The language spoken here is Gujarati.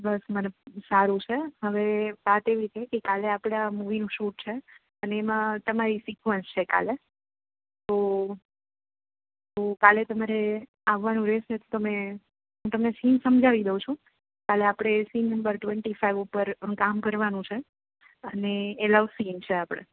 બસ મને સારું છે હવે વાત એવી છેકે કાલે આપળે આ મૂવીનું શુટ છે અને એમાં તમારી કિવન્સ છે કાલે તો તો કાલે તમારે આવાનું રેશે તો તમે હું તમને સીન સમઝાવી દઉ છું કાલે આપળે એ સીન નંબર ટવેન્ટી ફાઇવ ઉપર કામ કરવાનું છે અને એ લવ ચીસીન છે આપળે